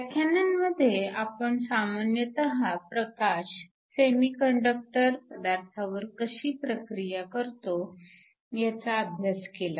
व्याख्यानांमध्ये आपण सामान्यतः प्रकाश सेमीकंडक्टर पदार्थांवर कशी प्रक्रिया करतो ह्याचा अभ्यास केला